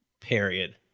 Period